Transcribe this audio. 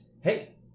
Hey